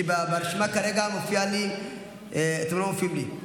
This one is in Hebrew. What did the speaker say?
כי ברשימה כרגע אתם לא מופיעים לי.